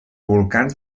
volcans